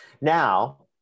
now